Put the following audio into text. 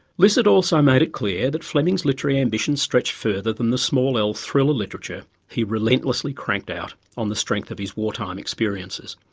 lycett also made it clear that fleming's literary ambitions stretched further than the small l thriller literature he relentlessly cranked out on the strength of his wartime experiences.